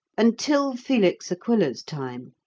until felix aquila's time,